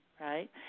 right